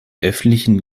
öffentlichen